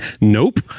Nope